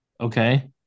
okay